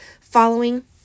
following